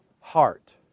heart